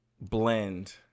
blend